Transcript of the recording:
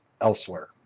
elsewhere